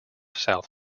south